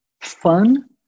fun